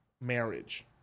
marriage